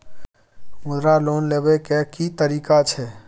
मुद्रा लोन लेबै के की तरीका छै?